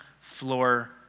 floor